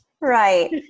Right